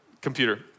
computer